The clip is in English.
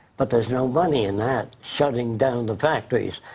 but there's no money in that, shutting down the factories.